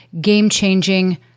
game-changing